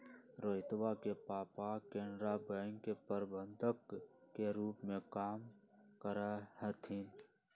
रोहितवा के पापा केनरा बैंक के प्रबंधक के रूप में काम करा हथिन